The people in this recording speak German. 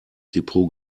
depot